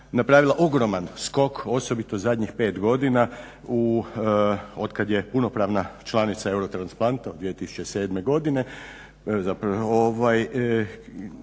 napravila ogroman skok osobito zadnjih pet godina otkad je punopravna članica eurotransplant 2007. godine zapravo u